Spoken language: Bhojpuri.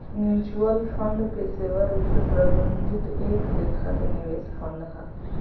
म्यूच्यूअल फंड पेशेवर रूप से प्रबंधित एक लेखा के निवेश फंड हा